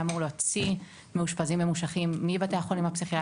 שאמורה להוציא מאושפזים ממושכים מבתי החולים הפסיכיאטריים.